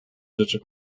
rzeczy